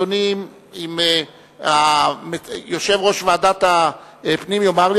אם יושב-ראש ועדת הפנים יאמר לי,